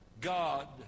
God